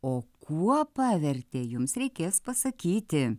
o kuo pavertė jums reikės pasakyti